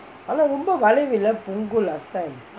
ஆனா ரொம்ப வளைவு இல்லே:aanaa romba valaivu illae punggol last time